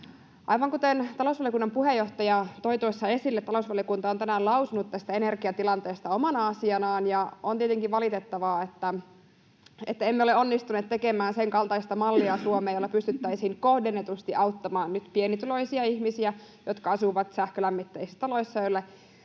Aivan kuten talousvaliokunnan puheenjohtaja toi tuossa esille, talousvaliokunta on tänään lausunut tästä energiatilanteesta omana asianaan. On tietenkin valitettavaa, että emme ole onnistuneet tekemään Suomeen sen kaltaista mallia, jolla pystyttäisiin nyt kohdennetusti auttamaan pienituloisia ihmisiä, jotka asuvat sähkölämmitteisissä taloissa